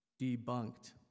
debunked